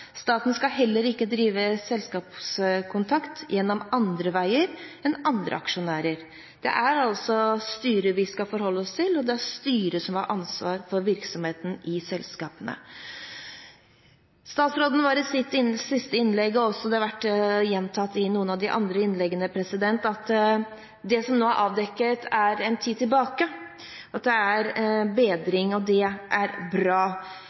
Staten skal heller ikke drive selskapskontakt gjennom andre veier enn det andre aksjonærer gjør. Det er styret vi skal forholde oss til, og det er styret som har ansvaret for virksomheten i selskapene. Statsråden var i sitt siste innlegg inne på – og det har også vært gjentatt i noen av de andre innleggene – at det som nå er avdekket, er fra en tid tilbake, og at det er bedring. Det er bra.